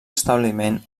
establiment